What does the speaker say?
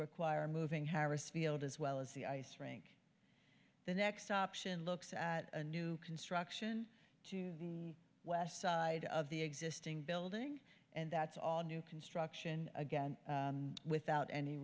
require moving harris field as well as the ice rink the next option looks at a new construction to west side of the existing building and that's all new construction again without any